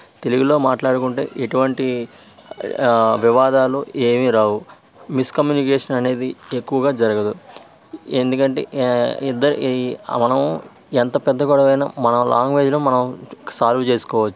తెలుగులో మాట్లాడుకుంటే ఎటువంటి వివాదాలు ఏమీ రావు మిస్ కమ్యూనికేషన్ అనేది ఎక్కువగా జరగదు ఎందుకంటే ఏ ఇద్దరు ఆ మనము ఎంత పెద్ద గొడవైన మన లాంగ్వేజ్లో మనం సాల్వ్ చేసుకోవచ్చు